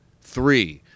Three